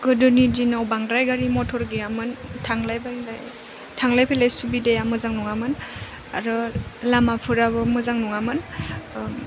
गोदोनि दिनाव बांद्राय गारि मटर गैयामोन थांलाय फैलाय थांलाय फैलाय सुबिदाया मोजां नङामोन आरो लामाफोराबो मोजां नङामोन